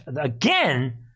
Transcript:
again